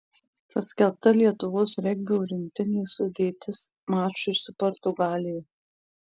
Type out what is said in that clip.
paskelbta lietuvos regbio rinktinės sudėtis mačui su portugalija